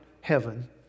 heaven